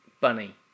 bunny